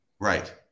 Right